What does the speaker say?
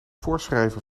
voorschrijven